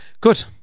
Good